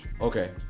Okay